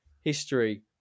history